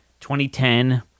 2010